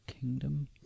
Kingdom